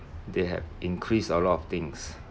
they have increased a lot of things